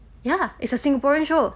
ya it's a singaporean show